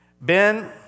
Ben